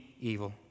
evil